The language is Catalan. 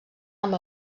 amb